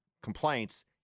complaints